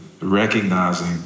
recognizing